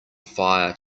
fire